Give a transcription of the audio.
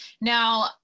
now